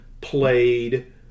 played